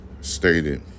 stated